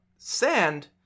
Sand